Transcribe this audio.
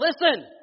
Listen